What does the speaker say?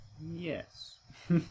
Yes